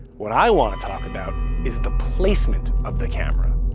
what i want to talk about is the placement of the camera.